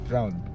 round